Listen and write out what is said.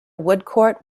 woodcourt